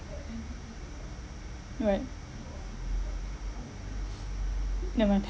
alright no I